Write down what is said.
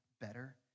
better